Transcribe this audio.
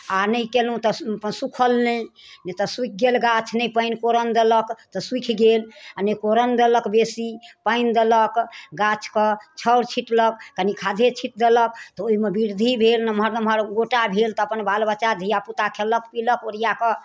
आ नहि कयलहुँ तऽ सु अपन सूखल नहि तऽ सूखि गेल गाछ नहि पानि कोरन देलक तऽ सूखि गेल आ नहि कोरन देलक बेसी पानि देलक गाछकेँ छाउर छीँटलक कनि खादे छीँट देलक तऽ ओहिमे वृद्धि भेल नम्हर नम्हर गोटा भेल तऽ अपन बाल बच्चा धियापुता खयलक पीलक ओरिआ कऽ